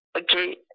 Okay